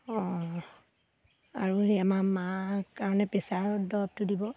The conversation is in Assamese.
অঁ আৰু সেই আমাৰ মা কাৰণে প্ৰেছাৰৰ দৰৱটো দিব